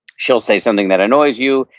she'll say something that annoys you,